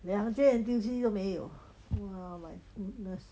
两间 N_T_U_C 都没有 !wah! my goodness